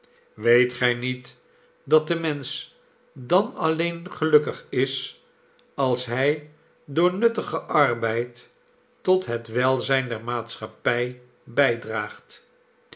weet gij niet dat de mensch dan alleen gelukkig is als hij door nuttigen arbeid tot het welzijn der maatschappij bijdraagt